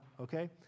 okay